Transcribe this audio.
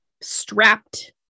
strapped